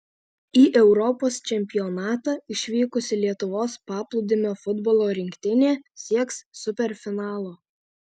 į europos čempionatą išvykusi lietuvos paplūdimio futbolo rinktinė sieks superfinalo